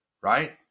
right